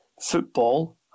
football